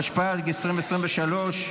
התשפ"ד 2024,